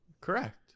Correct